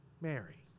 Mary